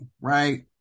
right